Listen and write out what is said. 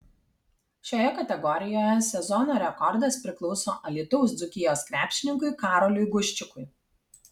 šioje kategorijoje sezono rekordas priklauso alytaus dzūkijos krepšininkui karoliui guščikui